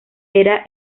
era